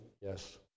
yes